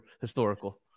historical